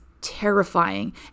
terrifying